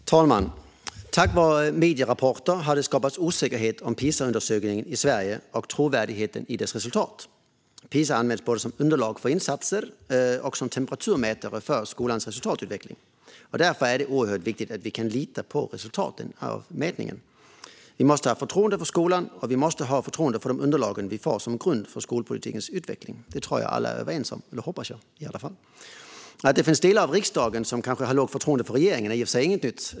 Fru talman! Till följd av medierapporter har det skapats osäkerhet om PISA-undersökningen i Sverige och trovärdigheten i dess resultat. PISA används både som underlag för insatser och som temperaturmätare för skolans resultatutveckling. Därför är det oerhört viktigt att vi kan lita på resultaten av mätningen. Vi måste ha förtroende för skolan, och vi måste ha förtroende för de underlag vi får som grund för skolpolitikens utveckling. Det tror jag att alla är överens om - jag hoppas det, i alla fall. Att det finns delar av riksdagen som har lågt förtroende för regeringen är i och för sig inget nytt.